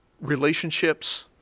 relationships